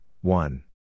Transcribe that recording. one